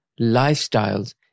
lifestyles